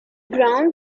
ground